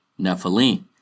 Nephilim